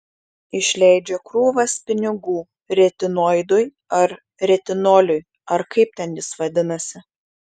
išleidžia krūvas pinigų retinoidui ar retinoliui ar kaip ten jis vadinasi